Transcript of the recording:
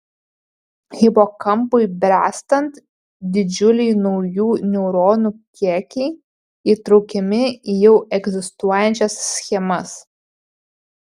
hipokampui bręstant didžiuliai naujų neuronų kiekiai įtraukiami į jau egzistuojančias schemas